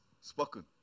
spoken